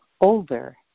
older